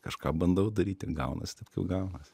kažką bandau daryti gaunasi taip kaip gaunas